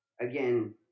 again